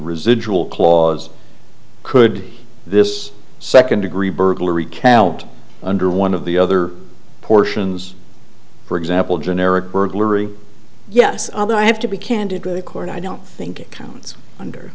residual clause could this second degree burglary count under one of the other portions for example generic burglary yes although i have to be candid record i don't think it comes under